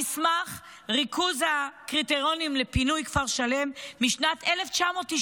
המסמך "ריכוז הקריטריונים לפינוי כפר שלם" משנת 1996